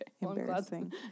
embarrassing